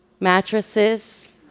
mattresses